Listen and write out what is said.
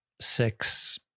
six